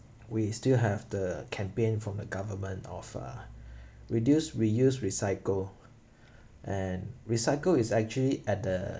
we still have the campaign from the government of uh reduce reuse recycle and recycle is actually at the